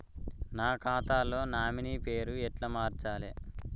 నా ఖాతా లో నామినీ పేరు ఎట్ల మార్చాలే?